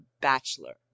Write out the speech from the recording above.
bachelor